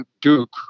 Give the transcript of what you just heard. Duke